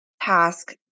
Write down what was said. task